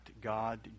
God